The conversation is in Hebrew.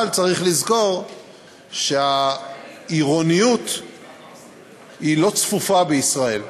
אבל צריך לזכור שהעירוניות היא לא צפופה בישראל.